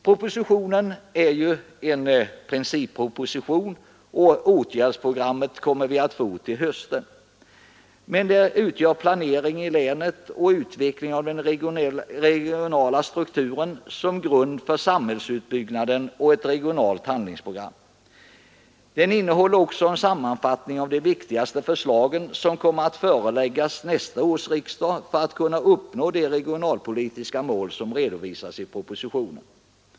Propositionen är en principproposition och åtgärdsprogrammet kommer vi att få till hösten. Den omfattar ramar för planering av verksamheten i länen, plan för utveckling av den regionala strukturen som grund för planeringen av samhällsutbyggnaden samt ett regionalpolitiskt handlingsprogram. Den innehåller också en sammanfattning av de viktigaste förslagen som kommer att föreläggas nästa års riksdag för att man skall upphå de regionalpolitiska mål som redovisas i propositionen.